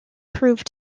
proved